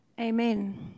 Amen